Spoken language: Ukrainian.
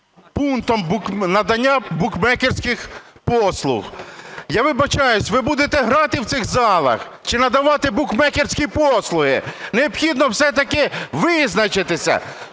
пунктом надання букмекерських послуг. Я вибачаюся, ви будете грати в цих залах чи надавати букмекерські послуги? Необхідно все-таки визначитись,